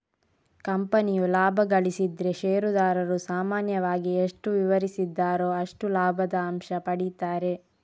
ಕಂಪನಿಯು ಲಾಭ ಗಳಿಸಿದ್ರೆ ಷೇರುದಾರರು ಸಾಮಾನ್ಯವಾಗಿ ಎಷ್ಟು ವಿವರಿಸಿದ್ದಾರೋ ಅಷ್ಟು ಲಾಭದ ಅಂಶ ಪಡೀತಾರೆ